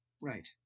Right